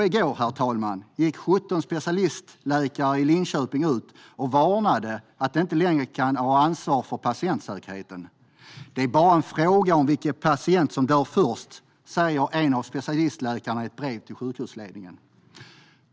I går, herr talman, gick 17 specialistläkare i Linköping ut och varnade för att de inte längre kan ta ansvar för patientsäkerheten. Det är bara en fråga om vilken patient som dör först, säger en av specialistläkarna i ett brev till sjukhusledningen.